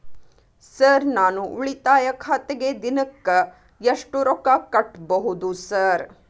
Sir ನಾನು ಉಳಿತಾಯ ಖಾತೆಗೆ ದಿನಕ್ಕ ಎಷ್ಟು ರೊಕ್ಕಾ ಕಟ್ಟುಬಹುದು ಸರ್?